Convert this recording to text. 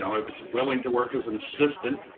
i was willing to work as an assistant,